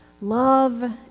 love